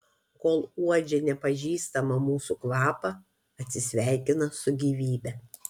kol uodžia nepažįstamą mūsų kvapą atsisveikina su gyvybe